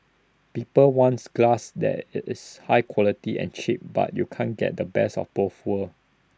people wants glass that IT is high quality and cheap but you can't get the best of both worlds